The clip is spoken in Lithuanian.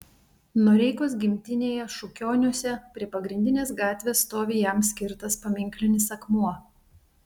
noreikos gimtinėje šukioniuose prie pagrindinės gatvės stovi jam skirtas paminklinis akmuo